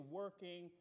working